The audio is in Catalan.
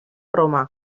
roma